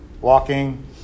walking